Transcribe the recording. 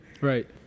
Right